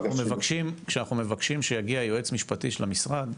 כשאנחנו מבקשים שיגיע יועץ משפטי של המשרד,